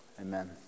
amen